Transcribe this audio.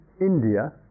India